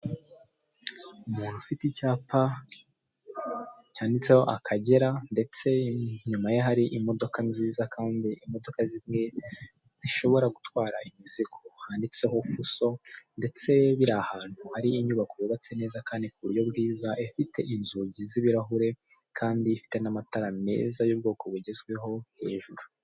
Umuntu ufite icyapa cyanditseho akagera ndetse inyuma ye hari imodoka nziza kandi imodoka zimwe zishobora gutwara imizigo, handitseho Fuso ndetse biri ahantu hari inyubako yubatse neza kandi ku buryo bwiza ifite inzugi z'ibirahure kandi ifite n'amatara meza y'ubwoko bugezweho hejuru.